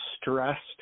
stressed